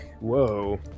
whoa